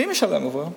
מי משלם עבורם?